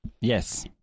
Yes